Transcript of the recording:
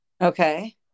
Okay